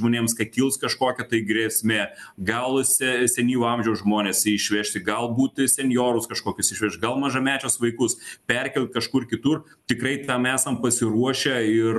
žmonėms kad kils kažkokia tai grėsmė gal se senyvo amžiaus žmones išvežti galbūt senjorus kažkokius išvešt gal mažamečius vaikus perkelt kažkur kitur tikrai tam esam pasiruošę ir